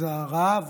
אז הרעב